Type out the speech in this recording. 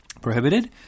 prohibited